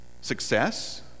Success